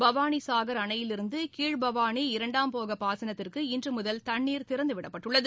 பவானி சாகர் அணையிலிருந்து கீழ்பவானி இரண்டாம் போக பாசனத்திற்கு இன்று முதல் தண்ணீர் திறந்துவிடப்பட்டுள்ளது